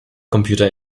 computer